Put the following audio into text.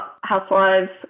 Housewives